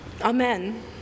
amen